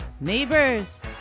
neighbors